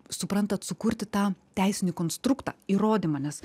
suprantat sukurti tą teisinį konstruktą įrodymą nes